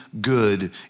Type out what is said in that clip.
good